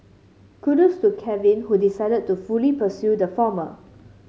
kudos Kevin who decided to fully pursue the former